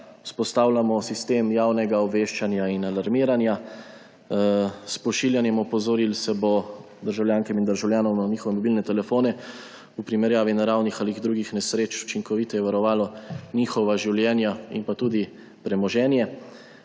vzpostavljamo sistem javnega obveščanja in alarmiranja, s pošiljanjem opozoril se bo državljankam in državljanom na njihove mobilne telefone v primerjavi naravnih ali drugih nesreč učinkoviteje varovalo njihova življenja in pa tudi premoženje.